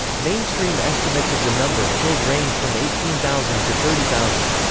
mainstream estimates of the number killed range from eighteen thousand to thirty thousand.